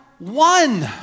one